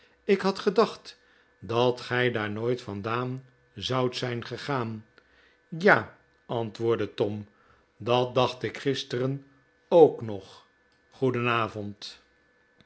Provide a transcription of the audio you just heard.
ik had gedacht dat gij daar nooit vandaan zoudt zijn gegaan ja antwoordde tom dat dacht ik gisteren ook nog goedenavond